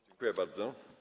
Dziękuję bardzo.